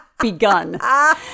begun